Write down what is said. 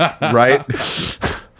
Right